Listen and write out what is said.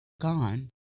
gone